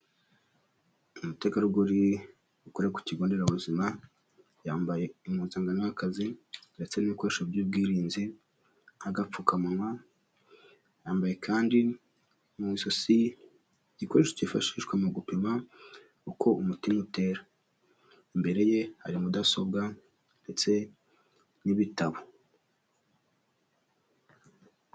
Umutegarugori ukora ku kigo nderabuzima, yambaye impuzankano y'akazi ndetse n'ibikoresho by'ubwirinzi, nk'agapfukawa, yambaye kandi mu ijosi igikoresho cyifashishwa mu gupima uko umutima utera, imbere ye hari mudasobwa ndetse n'ibitabo.